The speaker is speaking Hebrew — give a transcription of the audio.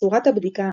צורת הבדיקה,